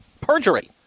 perjury